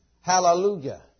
Hallelujah